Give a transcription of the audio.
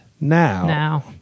now